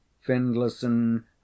Findlayson